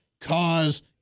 cause